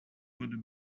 would